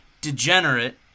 Degenerate